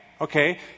Okay